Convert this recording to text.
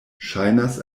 ŝajnas